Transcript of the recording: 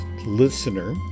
listener